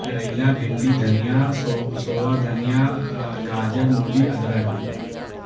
کریلا بھنڈی دھنیا سو سووا دھنیا گاجر مولی ادرک